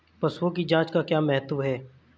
पशुओं की जांच का क्या महत्व है?